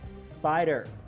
spider